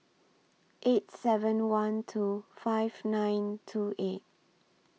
eight seven one two five nine two eight